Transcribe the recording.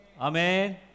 Amen